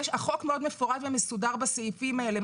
החוק מאוד מפורט ומסודר בסעיפים האלה.